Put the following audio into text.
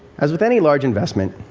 as with any large investment,